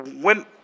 when-